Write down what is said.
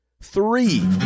Three